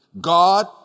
God